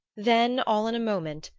then, all in a moment,